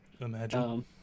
Imagine